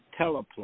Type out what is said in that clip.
teleplay